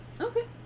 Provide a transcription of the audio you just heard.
Okay